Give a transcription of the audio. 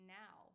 now